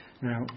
Now